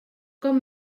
com